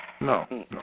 No